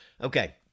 okay